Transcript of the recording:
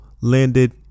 landed